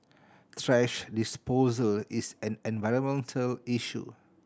thrash disposal is an environmental issue